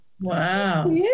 Wow